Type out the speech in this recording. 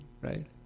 right